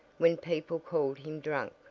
when people called him drunk!